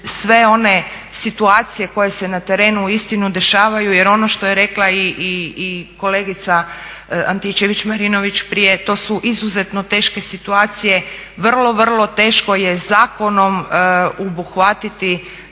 sve one situacije koje se na terenu uistinu dešavaju. Jer ono što je rekla i kolegica Antičević-Marinović prije to su izuzetno teške situacije, vrlo, vrlo teško je zakonom obuhvatiti